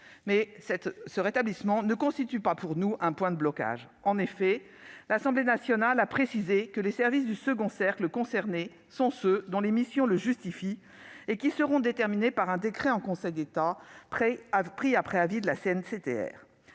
mais cela ne constitue pas pour nous un point de blocage. L'Assemblée nationale a en effet précisé que les services du second cercle concernés seront ceux dont les missions le justifient et seront déterminés « par un décret en Conseil d'État pris après avis de la